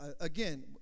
Again